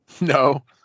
No